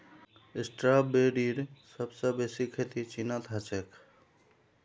स्ट्रॉबेरीर सबस बेसी खेती चीनत ह छेक